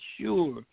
sure